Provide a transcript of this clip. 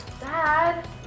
Dad